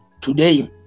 today